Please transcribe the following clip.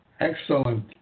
Excellent